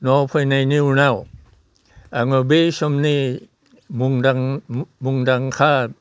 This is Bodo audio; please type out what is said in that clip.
न'आव फैनायनि उनाव आङो बै समनि मुंदांखा